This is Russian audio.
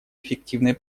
эффективной